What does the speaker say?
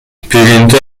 پرینتر